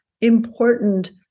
important